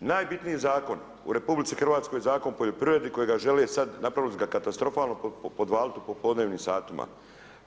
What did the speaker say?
Najbitniji zakon u RH, Zakon o poljoprivredi, kojega žele sada, napravili su ga katastrofalno, podvalili u popodnevnim satima,